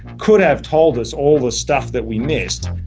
could have told us all the stuff that we missed,